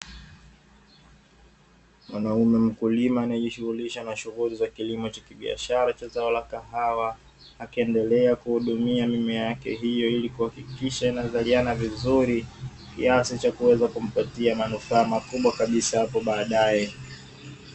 Mwanaume mkulima anaejihusisha na kilimo cha biashara cha zao la kahawa akiendelea kuhudumia mimea yake hiyo ili kuhakikisha inazaliana vizuri kiasi cha kuweza kumpatia manufaa makubwa kabisa hapo baadae.